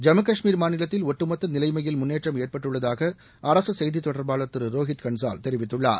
ஜம்மு கஷ்மீர் மாநிலத்தில் ஒட்டுமொத்த நிலைமையில் முன்னேற்றம் ஏற்பட்டுள்ளதாக அரசு செய்தித்தொடர்பாளர் திரு ரோஹித் கன்சால் தெரிவித்துள்ளார்